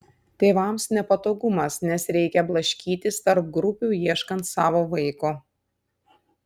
tėvams nepatogumas nes reikia blaškytis tarp grupių ieškant savo vaiko